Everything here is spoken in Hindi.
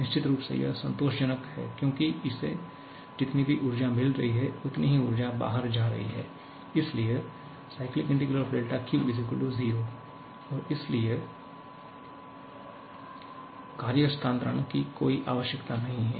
निश्चित रूप से यह संतोषजनक है क्योंकि इसे जितनी भी ऊर्जा मिल रही है उतनी ही ऊर्जा बाहर जा रही है इसलिए 𝛿𝑄 0 और इसलिए कार्य हस्तांतरण की कोई आवश्यकता नहीं है